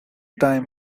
time